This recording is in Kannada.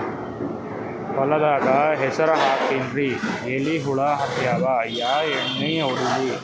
ಹೊಲದಾಗ ಹೆಸರ ಹಾಕಿನ್ರಿ, ಎಲಿ ಹುಳ ಹತ್ಯಾವ, ಯಾ ಎಣ್ಣೀ ಹೊಡಿಲಿ?